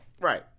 right